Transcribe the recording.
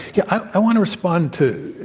yeah, i want to respond to